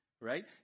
Right